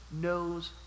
knows